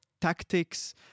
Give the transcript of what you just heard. tactics